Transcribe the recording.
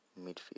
midfield